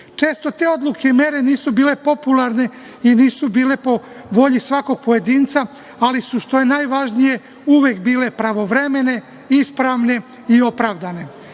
te odluke i mere nisu bile popularne i nisu bile po volji svakog pojedinca, ali su, što je najvažnije, uvek bile pravovremene, ispravne i opravdane.